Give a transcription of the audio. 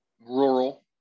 rural